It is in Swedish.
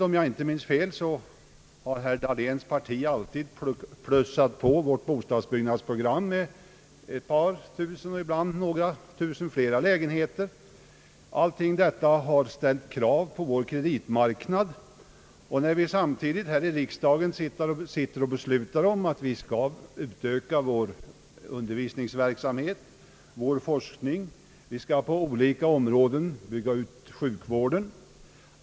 Om jag inte minns fel, har herr Dahléns parti samtidigt alltid plussat på vårt bostadsbyggnadsprogram med ytterligare ett par tusen, ibland några tusen, lägenheter. Allt detta har ställt krav på kreditmarknaden. Samtidigt sitter vi här i riksdagen och beslutar om att vi skall utöka undervisningen och forskningen samt på olika områden bygga ut sjukvården.